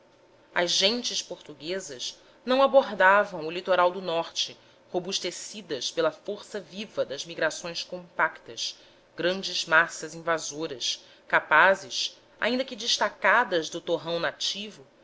gentes portuguesas não abordavam o litoral do norte robustecidas pela força viva das migrações compactas grandes massas invasoras capazes ainda que destacadas do torrão nativo